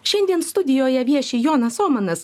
šiandien studijoje vieši jonas ohmanas